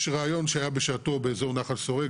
יש רעיון שהיה בשעתו באזור נחל סורק,